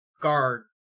guard